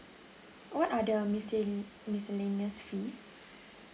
what are the misce~ miscellaneous fees